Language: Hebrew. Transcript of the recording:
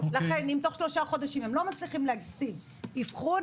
לכן אם תוך שלושה חודשים הם לא מצליחים להשיג אבחון,